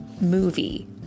movie